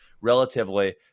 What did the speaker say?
relatively